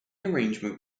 arrangement